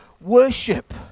worship